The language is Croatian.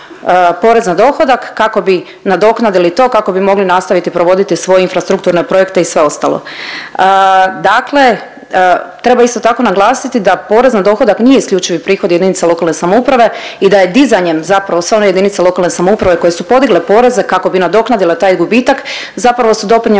porez na dohodak, kako bi nadoknadili to, kako bi mogli nastaviti provoditi svoje infrastrukturne projekte i sve ostalo. Dakle treba isto tako naglasiti da porez na dohodak nije isključivi prihod jedinica lokalne samouprave i da je dizanjem zapravo sve one jedinice lokalne samouprave koje su podigle poreze kako bi nadoknadile taj gubitak, zapravo su doprinijele